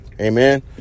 Amen